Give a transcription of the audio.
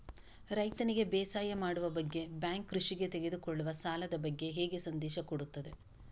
ರೈತನಿಗೆ ಬೇಸಾಯ ಮಾಡುವ ಬಗ್ಗೆ ಬ್ಯಾಂಕ್ ಕೃಷಿಗೆ ತೆಗೆದುಕೊಳ್ಳುವ ಸಾಲದ ಬಗ್ಗೆ ಹೇಗೆ ಸಂದೇಶ ಕೊಡುತ್ತದೆ?